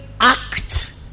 act